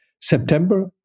September